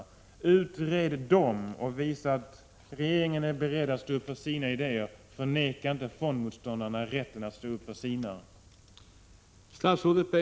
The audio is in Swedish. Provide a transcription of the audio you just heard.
Utred detta och visa att regeringen är beredd att stå upp för sina idéer! Förvägra inte fondmotståndarna rätten att stå upp för sina idéer!